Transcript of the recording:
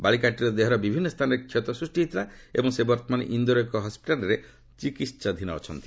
ବାଳିକାଟିର ଦେହର ବିଭିନ୍ନ ସ୍ଥାନରେ କ୍ଷତ ସ୍ପଷ୍ଟି ହୋଇଥିଲା ଏବଂ ସେ ବର୍ଭମାନ ଇନ୍ଦୋରର ଏକ ହସ୍ପିଟାଲ୍ରେ ଚିକିହାଧୀନ ଅଛନ୍ତି